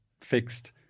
fixed